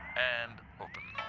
and open.